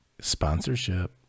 Sponsorship